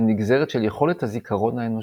היא נגזרת של יכולת הזיכרון האנושית.